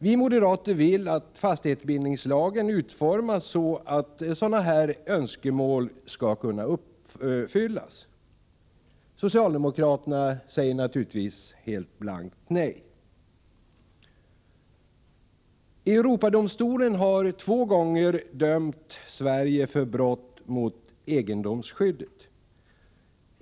Vi moderater vill att fastighetsbildningslagen utformas så, att sådana här önskemål skall kunnas uppfyllas. Socialdemokraterna säger naturligtvis blankt nej. Europadomstolen har två gånger dömt Sverige för brott mot egendomsskyddet.